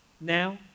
Now